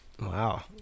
Wow